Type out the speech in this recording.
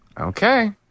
Okay